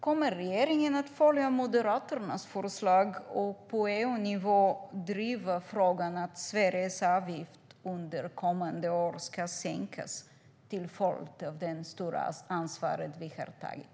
Kommer regeringen att följa Moderaternas förslag och på EU-nivå driva att Sveriges avgift under kommande år ska sänkas till följd av det stora ansvar som vi tagit?